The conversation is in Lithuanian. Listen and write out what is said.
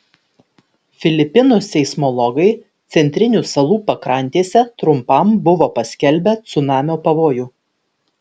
filipinų seismologai centrinių salų pakrantėse trumpam buvo paskelbę cunamio pavojų